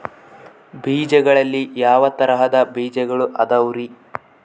ಬೇಜಗಳಲ್ಲಿ ಯಾವ ತರಹದ ಬೇಜಗಳು ಅದವರಿ?